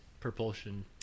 propulsion